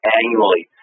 annually